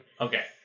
Okay